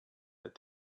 that